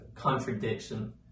contradiction